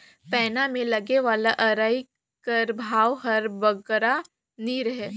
पैना मे लगे वाला अरई कर भाव हर बगरा नी रहें